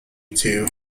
two